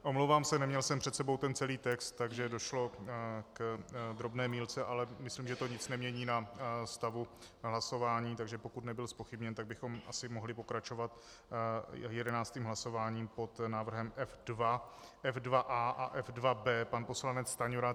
Omlouvám se, neměl jsem před sebou ten celý text, takže došlo k drobné mýlce, ale myslím, že to nic nemění na stavu, na hlasování, takže pokud nebyl zpochybněn, tak bychom asi mohli pokračovat jedenáctým hlasováním o návrhu F2 F2a a F2b, pan poslanec Stanjura.